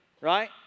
right